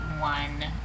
one